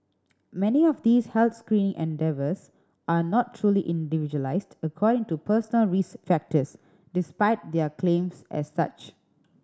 many of these health screening endeavours are not truly individualised according to personal risk factors despite their claims as such